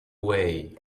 way